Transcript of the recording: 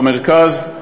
במרכז,